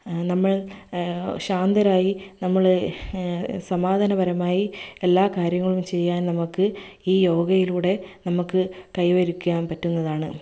നമ്മൾ ശാന്തരായി നമ്മൾ സമാധാനപരമായി എല്ലാ കാര്യങ്ങളും ചെയ്യാൻ നമുക്ക് ഈ യോഗയിലൂടെ നമുക്ക് കൈവരിക്കാൻ പറ്റുന്നതാണ്